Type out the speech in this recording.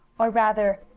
or, rather,